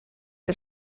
are